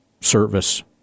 service